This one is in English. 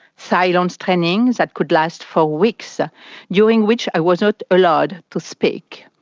silence training that could last for weeks, ah during which i was not allowed to speak.